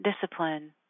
discipline